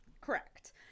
Correct